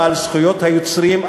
בעל זכויות היוצרים,